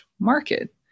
market